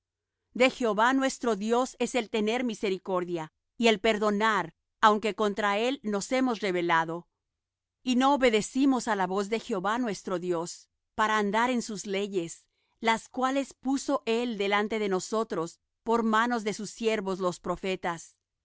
de jehová nuestro dios es el tener misericordia y el perdonar aunque contra él nos hemos rebelado y no obedecimos á la voz de jehová nuestro dios para andar en sus leyes las cuales puso él delante de nosotros por mano de sus siervos los profetas